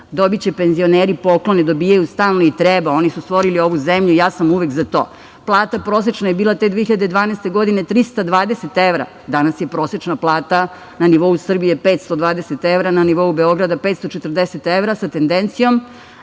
Dobiće penzioneri poklone, dobijaju stalno i treba, oni su stvorili ovu zemlju i ja sam uvek za to. Plata prosečna je bila te 2012. godine 320 evra, danas je prosečna plata na nivou Srbije 520 evra, na nivou Beograda 540 evra sa tendencijom